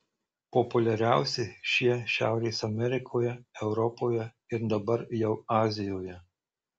populiariausi šie šiaurės amerikoje europoje ir dabar jau azijoje